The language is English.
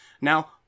Now